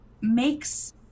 makes